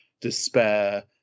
despair